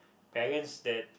parents that